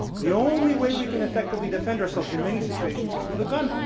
the only way we can effectively defend ourselves in many situations is with a gun,